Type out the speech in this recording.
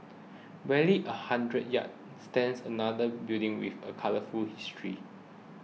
barely a hundred yards stands another building with a colourful history